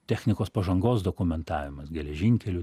technikos pažangos dokumentavimas geležinkelių